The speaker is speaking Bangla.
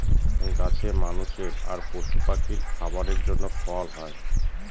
গাছে মানুষের আর পশু পাখির খাবারের জন্য ফল হয়